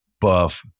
buff